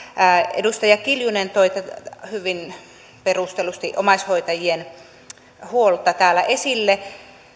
edustaja kiljunen toi hyvin perustellusti omaishoitajien huolta täällä esille